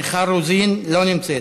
מיכל רוזין, לא נמצאת.